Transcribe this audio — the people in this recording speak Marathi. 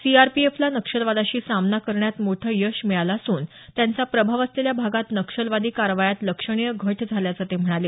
सीआरपीएफला नक्षलवादाशी सामना करण्यात मोठं यश मिळालं असून त्यांचा प्रभाव असलेल्या भागात नक्षलवादी कारवायात लक्षणीय घट झाल्याचं ते म्हणाले